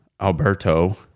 Alberto